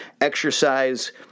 exercise